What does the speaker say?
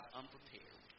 unprepared